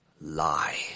lie